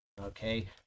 Okay